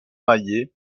maillet